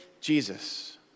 Jesus